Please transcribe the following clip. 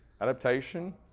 adaptation